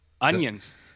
Onions